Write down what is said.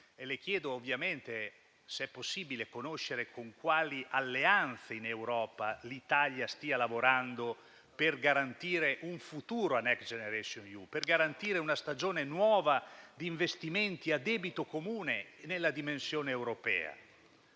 d'accordo, se è possibile conoscere con quali alleanze l'Italia stia lavorando in Europa per garantire un futuro a Next generation EU, per garantire una stagione nuova di investimenti a debito comune nella dimensione europea.